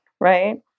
Right